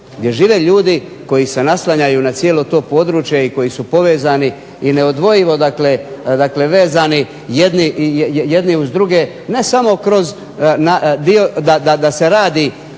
Gdje žive ljudi koji se naslanjaju na cijelo to područje i neodvojivo vezani jedni uz druge, ne samo da se radi